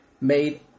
made